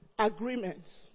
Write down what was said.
agreements